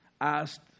asked